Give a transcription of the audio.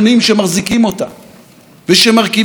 אתם גאים בצה"ל, אבל תוקפים את המפקדים שלו,